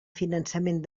finançament